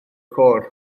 côr